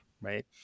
right